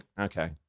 okay